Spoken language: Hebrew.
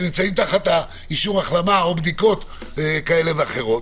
שנמצאים תחת אישור החלמה או בדיקות כאלה ואחרות.